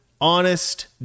honest